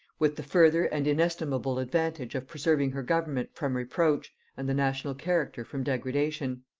with the further and inestimable advantage of preserving her government from reproach, and the national character from degradation.